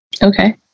Okay